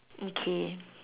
okay